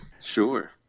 Sure